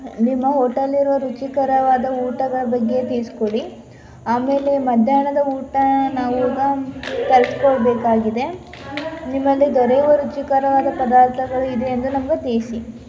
ನಿಮ್ಮ ಹೋಟೆಲ್ಲಿರೊ ರುಚಿಕರವಾದ ಊಟಗಳ ಬಗ್ಗೆ ತಿಳಿಸ್ಕೊಡಿ ಆಮೇಲೆ ಮಧ್ಯಾಹ್ನದ ಊಟ ನಾವೀಗ ತರಿಸ್ಕೊಳ್ಬೇಕಾಗಿದೆ ನಿಮ್ಮಲ್ಲಿ ದೊರೆಯುವ ರುಚಿಕರವಾದ ಪದಾರ್ಥಗಳು ಇದೆ ಎಂದು ನಮ್ಗೆ ತಿಳಿಸಿ